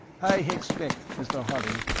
i expect, mr. harley,